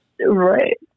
right